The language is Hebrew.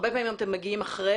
הרבה פעמים גם אתם מגיעים אחרי,